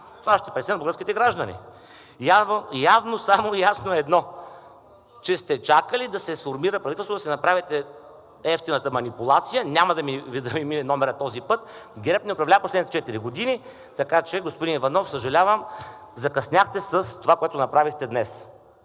Това ще преценят българските граждани. Явно е ясно само едно: че сте чакали да се сформира правителство, да си направите евтината манипулация. Няма да Ви мине номерът този път. ГЕРБ не управлява в последните четири години, така че, господин Иванов, съжалявам. Закъсняхте с това, което направихте днес.